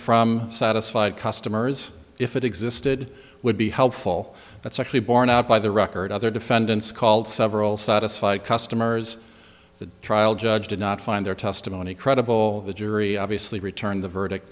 from satisfied customers if it existed would be helpful that's actually borne out by the record other defendants called several satisfied customers the trial judge did not find their testimony credible the jury obviously returned the verdict